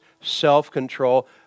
self-control